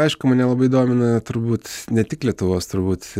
aišku mane labai domina turbūt ne tik lietuvos turbūt